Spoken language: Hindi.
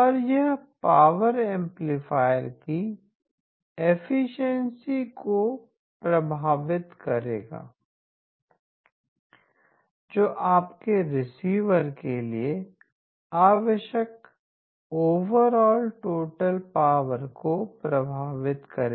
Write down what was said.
और यह पावर एंपलीफायर की एफिशिएंसी को प्रभावित करेगा जो आपके रिसीवर के लिए आवश्यक ओवरऑल टोटल पावर को प्रभावित करेगा